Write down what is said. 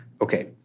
Okay